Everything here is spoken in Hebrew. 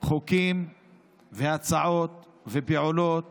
חוקים והצעות ופעולות